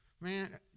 Man